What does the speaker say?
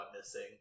missing